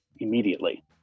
immediately